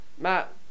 Matt